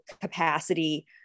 capacity